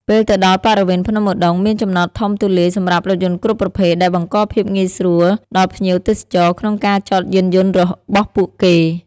ពេលទៅដល់បរិវេណភ្នំឧដុង្គ មានចំណតធំទូលាយសម្រាប់រថយន្តគ្រប់ប្រភេទ ដែលបង្កភាពងាយស្រួលដល់ភ្ញៀវទេសចរក្នុងការចតយានយន្តរបស់ពួកគេ។